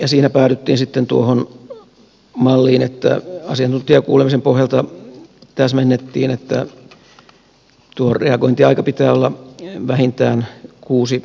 siinä päädyttiin sitten tuohon malliin jota asiantuntijakuulemisen pohjalta täsmennettiin niin että tuon reagointiajan pitää olla vähintään kuusi kuukautta